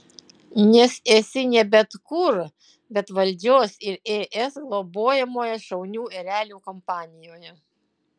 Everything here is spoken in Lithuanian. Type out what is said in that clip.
nes esi ne bet kur bet valdžios ir es globojamoje šaunių erelių kompanijoje